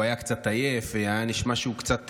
הוא היה קצת עייף, היה נשמע שהוא קצת